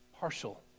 Partial